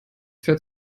fährt